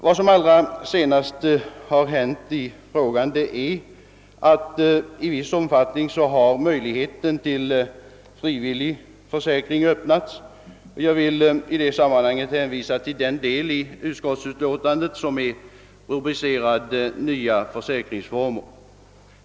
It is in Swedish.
Vad som allra senast har hänt i frågan är att möjligheter till frivillig försäkring i viss omfattning har öppnats. Jag vill i detta sammanhang hänvisa till den del av utskottsutlåtandet som är rubricerad Nya försäkringsformer.